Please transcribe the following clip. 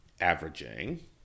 averaging